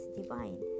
divine